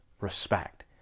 respect